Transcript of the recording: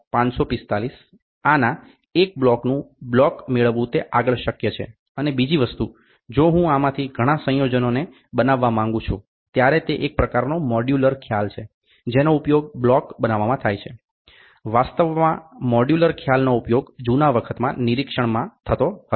545 આના એક બ્લોકનું બ્લોક મેળવવું તે આગળ શક્ય છે અને બીજી વસ્તુ જો હું આમાંથી ઘણા સંયોજનોને બનાવવા માંગું છું ત્યારે તે એક પ્રકારનો મોડ્યુલર ખ્યાલ છે જેનો ઉપયોગ બ્લોક બનાવવામાં થાય છે વાસ્તવમાં મોડ્યુલર ખ્યાલનો ઉપયોગ જૂના વખતમાં નિરીક્ષણ જ થતો હતો